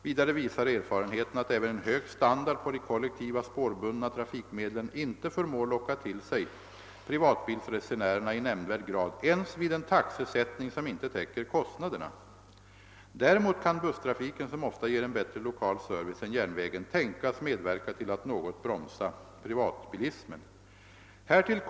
Vidare visar erfarenheter att även en hög standard på de kollektiva spårbundna trafikmedlen inte förmår locka till sig privatbilsresenärerna i nämnvärd grad ens vid en taxesättning som inte täcker kostnaderna. Däremot kan busstrafiken, som ofta ger en bättre lokal service än järnvägen, tänkas medverka till att något bromsa privatbilismen. Härtill.